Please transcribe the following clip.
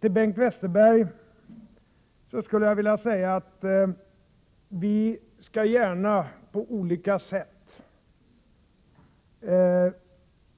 Till Bengt Westerberg skulle jag vilja säga att vi på olika sätt gärna skall